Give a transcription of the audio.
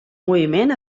moviment